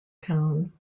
town